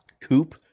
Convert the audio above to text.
coupe